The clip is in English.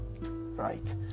right